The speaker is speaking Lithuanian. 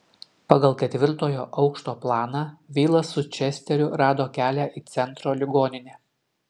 pagal ketvirtojo aukšto planą vilas su česteriu rado kelią į centro ligoninę